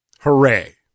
Hooray